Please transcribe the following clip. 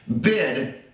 bid